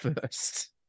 first